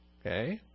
Okay